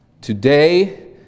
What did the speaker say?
Today